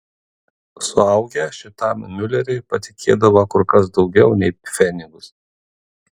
suaugę šitam miuleriui patikėdavo kur kas daugiau nei pfenigus